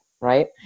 right